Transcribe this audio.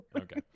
Okay